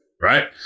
right